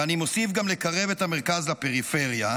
ואני מוסיף: גם לקרב את המרכז לפריפריה,